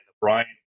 Brian